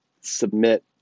submit